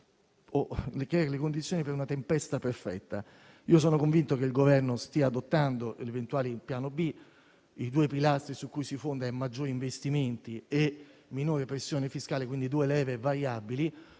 crea le condizioni per una tempesta perfetta. Io sono convinto che il Governo stia adottando l'eventuale piano B, i due pilastri su cui si fonda sono maggiori investimenti e minore pressione fiscale, quindi due leve variabili,